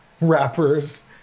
rappers